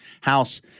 house